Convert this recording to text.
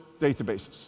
databases